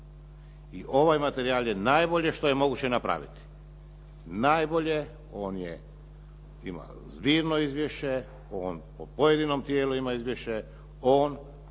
I ovaj materijal je najbolje što je moguće napraviti. On ima zbirno izvješće, on o pojedinom tijelu ima izvješće, on